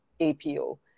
APO